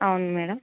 అవును మేడమ్